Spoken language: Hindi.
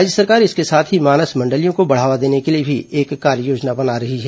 राज्य सरकार इसके साथ ही मानस मंडलियों को बढ़ावा देने के लिए भी एक कार्ययोजना बना रही है